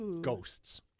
Ghosts